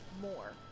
more